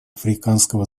африканского